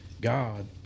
God